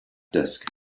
desk